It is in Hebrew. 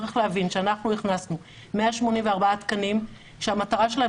צריך להבין שאנחנו הכנסנו 184 תקנים כאשר המטרה שלהם